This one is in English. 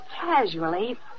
casually